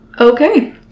Okay